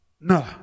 no